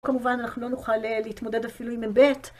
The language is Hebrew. כמובן, אנחנו לא נוכל להתמודד אפילו עם היבט.